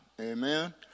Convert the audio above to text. amen